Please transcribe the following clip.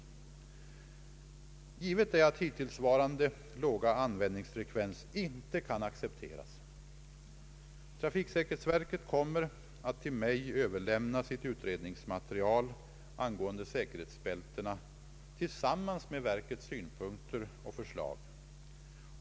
Givet är att hittillsvarande låga användningsfrekvens inte kan accepteras. Trafiksäkerhetsverket kommer att till mig överlämna sitt utredningsmaterial angående säkerhetsbältena tillsammans med verkets synpunkter och förslag.